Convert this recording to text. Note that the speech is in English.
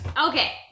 Okay